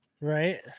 right